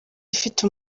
mfite